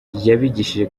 yabigishije